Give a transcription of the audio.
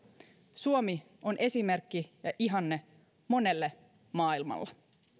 suomi on esimerkki ja ihanne monelle maailmalla